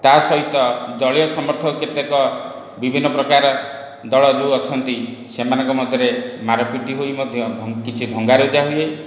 ତା'ସହିତ ଦଳୀୟ ସମଥର୍କ କେତେକ ବିଭିନ୍ନ ପ୍ରକାର ଦଳ ଯେଉଁ ଅଛନ୍ତି ସେମାନଙ୍କ ମଧ୍ୟରେ ମାଡ଼ ପିଟି ହୋଇ ମଧ୍ୟ କିଛି ଭଙ୍ଗା ରୁଜା ହୁଏ